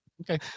Okay